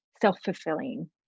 self-fulfilling